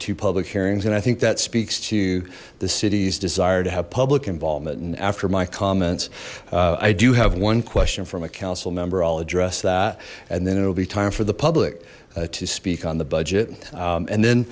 wo public hearings and i think that speaks to the city's desire to have public involvement and after my comments i do have one question from accounts member i'll address that and then it'll be time for the public to speak on the budget and then